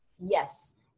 Yes